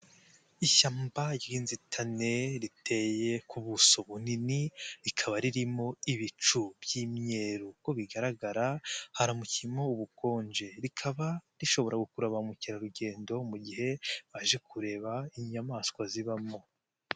Ishyamba ry'inzitane riteye ku buso bunini, rikaba ririmo ibicu by'imyeru, uko bigaragara haramukiyemo ubukonje, rikaba rishobora gukurura ba mukerarugendo mu gihe baje kureba inyamaswa zibamo